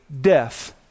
death